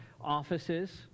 offices